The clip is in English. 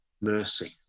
mercy